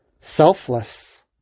selfless